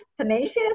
tenacious